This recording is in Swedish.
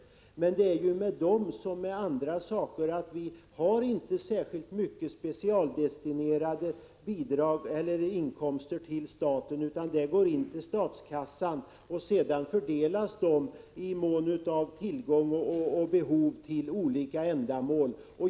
Men det är ju med dem som med andra saker: Vi har inte särskilt många specialdestinerade inkomster till staten, utan inkomsterna går till statskassan som helhet och fördelas sedan i mån av tillgång och efter behov till olika ändamål.